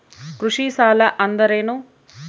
ಕೃಷಿ ಸಾಲ ಅಂದರೇನು?